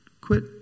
quit